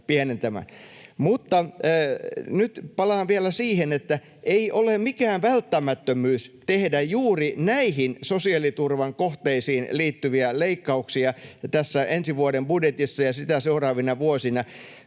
Mutta nyt palaan vielä siihen, että ei ole mikään välttämättömyys tehdä juuri näihin sosiaaliturvan kohteisiin liittyviä leikkauksia tässä ensi vuoden budjetissa ja sitä seuraavina vuosina.